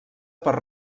per